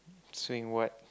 saying what